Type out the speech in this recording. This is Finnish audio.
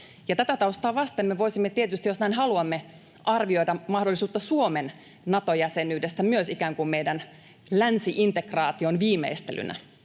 Tätä taustaa vasten me voisimme tietysti, jos näin haluamme, arvioida mahdollisuutta Suomen Nato-jäsenyydestä myös ikään kuin meidän länsi-integraatiomme viimeistelynä.